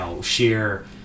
sheer